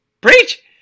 Preach